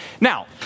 Now